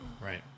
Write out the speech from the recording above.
Right